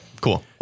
cool